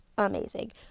amazing